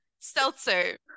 seltzer